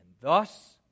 thus